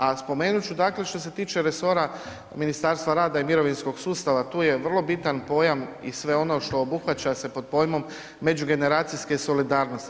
A spomenut ću, dakle što se tiče resora Ministarstva rada i mirovinskog sustava, tu je vrlo bitan pojam i sve ono što obuhvaća se pod pojmom međugeneracijske solidarnosti.